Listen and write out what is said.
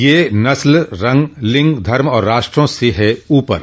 ये नस्ल रंग लिंग धर्म और राष्ट्रों से है ऊपर